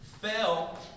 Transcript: fell